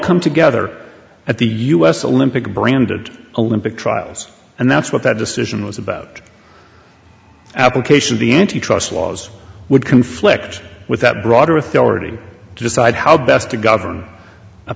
come together at the u s olympic branded olympic trials and that's what that decision was about applications the antitrust laws would conflict with that broader authority to decide how best to